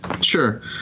Sure